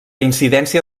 incidència